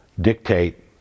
dictate